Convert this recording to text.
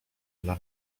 dla